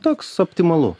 toks optimalu